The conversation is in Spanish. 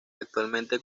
actualmente